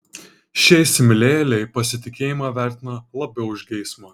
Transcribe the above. šie įsimylėjėliai pasitikėjimą vertina labiau už geismą